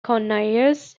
conyers